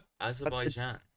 Azerbaijan